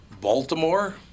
Baltimore